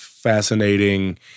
Fascinating